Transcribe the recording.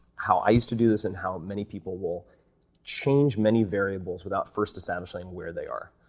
how i used to do this and how many people will change many variables without first establishing where they are.